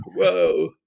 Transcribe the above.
Whoa